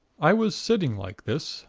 i was sitting like this,